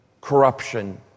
corruption